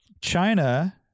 China